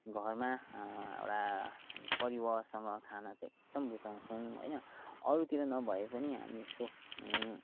घरमा एउटा परिवारसँग खान चाहिँ एकदम रुचाउँछौँ होइन अरूतिर नभए पनि हामी यसो